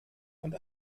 und